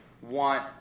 want